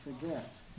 forget